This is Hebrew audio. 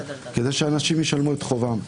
כדי שאנשים ישלמו את חובם,